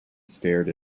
stared